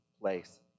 place